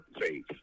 faith